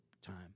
time